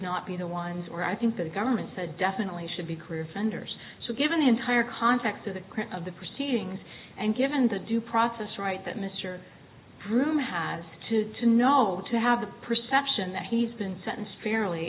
not be the ones where i think the government said definitely should be career fender's so given the entire context of the of the proceedings and given the due process rights that mr groom has to to know to have the perception that he's been sentenced fairly